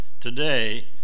today